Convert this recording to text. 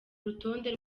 rutonde